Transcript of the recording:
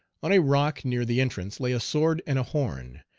on a rock near the entrance lay a sword and a horn,